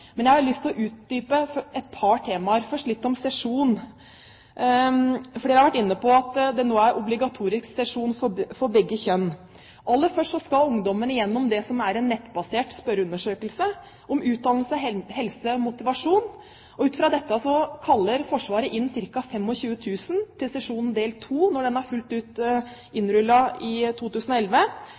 Men jeg har lyst til å utdype et par temaer. Først litt om sesjon. Flere har vært inne på at det nå er obligatorisk sesjon for begge kjønn. Aller først skal ungdommene gjennom det som er en nettbasert spørreundersøkelse om utdannelse, helse og motivasjon. Ut fra dette kaller Forsvaret inn ca. 25 000 til sesjon del 2 når den blir fullt innrullert i 2011.